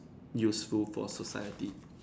useful for society